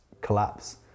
collapse